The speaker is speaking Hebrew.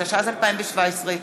התשע"ז 2017,